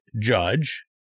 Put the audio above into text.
judge